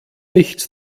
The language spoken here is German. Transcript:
nichts